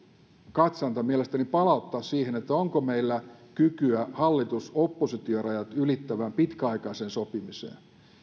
katsanta mielestäni palauttaa siihen onko meillä kykyä hallitus oppositio rajat ylittävään pitkäaikaiseen sopimiseen